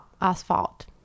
asphalt